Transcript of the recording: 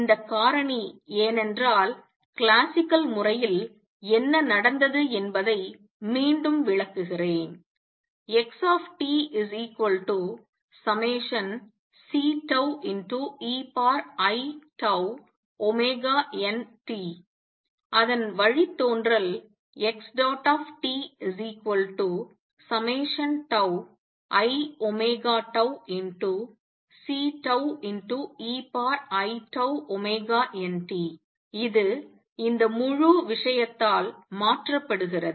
இந்த காரணி ஏனென்றால் கிளாசிக்கல் முறையில் என்ன நடந்தது என்பதை மீண்டும் விளக்குகிறேன் xt∑Ceiτωt அதன் வழித்தோன்றல் xtiωτCeiτωt இது இந்த முழு விஷயத்தால் மாற்றப்படுகிறது